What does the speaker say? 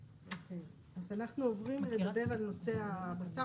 אנחנו עוברים לדבר על הבשר.